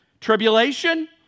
Tribulation